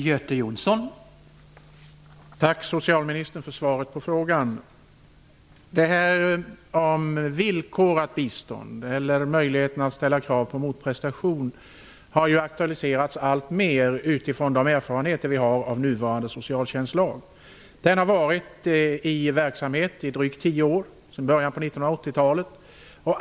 Herr talman! Tack för svaret på frågan, socialministern. Frågan om villkorat bistånd, eller möjligheten att ställa krav på motprestation, har aktualiserats allt mer utifrån de erfarenheter som vi har av nuvarande socialtjänstlag. Den har gällt i drygt tio år, sedan början av 1980-talet.